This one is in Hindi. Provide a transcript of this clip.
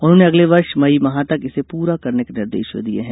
उन्होंने अगले वर्ष मई माह तक इसे पूरा करने के निर्देश दिये हैं